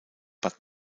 bad